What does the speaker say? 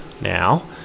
now